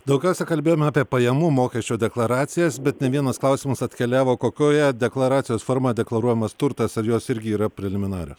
daugiausia kalbėjom apie pajamų mokesčio deklaracijas bet ne vienas klausimas atkeliavo kokioje deklaracijos formoje deklaruojamas turtas ar jos irgi yra preliminarios